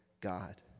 God